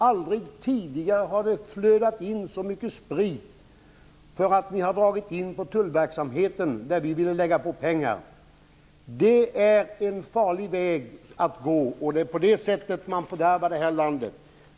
Aldrig tidigare har det flödat in så mycket sprit, eftersom ni har dragit in på tullverksamheten där vi ville lägga till pengar. Det är en farlig väg att gå, och det är på det sättet man fördärvar det här landet!